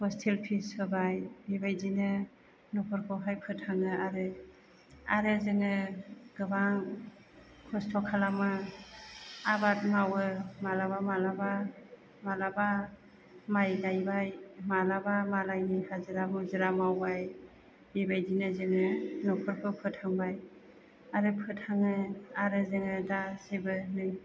hostel fees होबाय बेबायदिनो नखरखौहाय फोथाङो आरो आरो जोङो गोबां खस्थ' खालामो आबाद मावो मालाबा मालाबा मालाबा माय गायबाय मालाबा मालायनि हाजिरा मुजिरा मावबाय बेबादिनो जोङो नखरखौ फोथांबाय आरो फोथाङो आरो जोङो दा जेबो नै